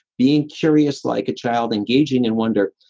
being curious, like a child engaging in wonder,